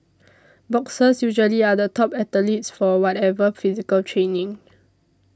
boxers usually are the top athletes for whatever physical training